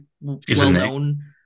well-known